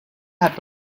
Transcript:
hat